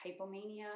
hypomania